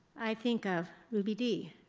i think of ruby dee.